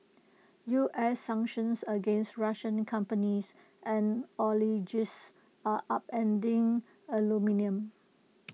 U S sanctions against Russian companies and are upending aluminium